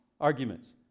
arguments